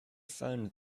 found